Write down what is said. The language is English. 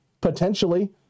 potentially